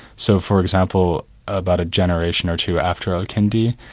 so for example, about a generation or two after al-kindi,